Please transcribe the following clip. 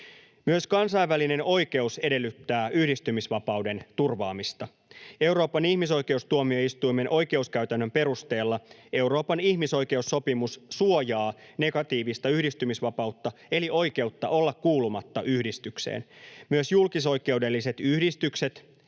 Myös kansainvälinen oikeus edellyttää yhdistymisvapauden turvaamista. Euroopan ihmisoikeustuomioistuimen oikeuskäytännön perusteella Euroopan ihmisoikeussopimus suojaa negatiivista yhdistymisvapautta eli oikeutta olla kuulumatta yhdistykseen. Myös julkisoikeudelliset yhdistykset,